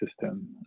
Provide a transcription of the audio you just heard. system